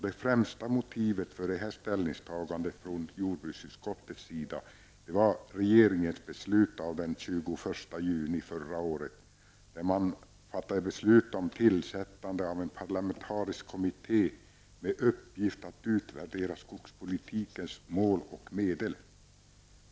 Det främsta motivet för det ställningstagandet är regeringens beslut av den 21 juni förra året om tillsättande av en parlamentarisk kommitté med uppgift att utvärdera skogspolitikens mål och medel.